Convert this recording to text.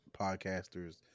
podcasters